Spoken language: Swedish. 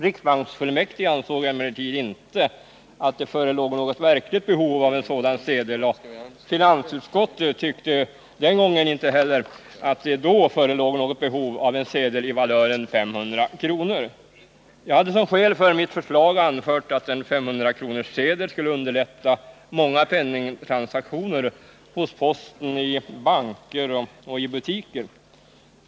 Riksbanksfullmäktige ansåg emellertid inte att det förelåg något verkligt behov av en sådan sedel, och finansutskottet tyckte inte heller att det då förelåg något behov av en sedel i valören 500 kr. Jag hade som skäl för mitt förslag anfört att en 500-kronorssedel skulle underlätta många penningtransaktioner på posten, i banker och i butiker.